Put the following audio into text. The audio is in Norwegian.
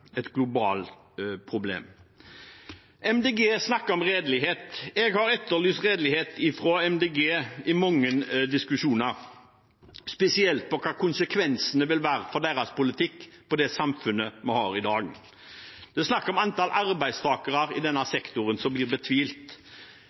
globalt problem. Miljøpartiet De Grønne snakker om redelighet. Jeg har etterlyst redelighet fra Miljøpartiet De Grønne i mange diskusjoner, spesielt når det gjelder hva konsekvensene av deres politikk vil være for det samfunnet vi har i dag. Det er snakk om at antall arbeidstakere i denne